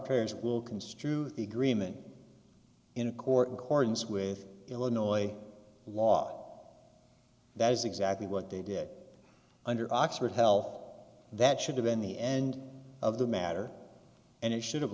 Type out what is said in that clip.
parents will construe the agreement in a court records with illinois law that is exactly what they did under oxford help that should have been the end of the matter and it should have